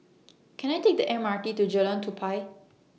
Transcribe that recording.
Can I Take The M R T to Jalan Tupai